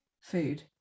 food